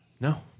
no